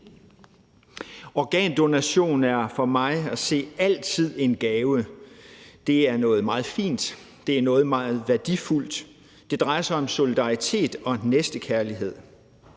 Organdonation er for mig at se altid en gave. Det er noget meget fint, det er noget meget værdifuldt. Det drejer sig om solidaritet og næstekærlighed.